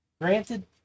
Granted